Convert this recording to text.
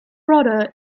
brother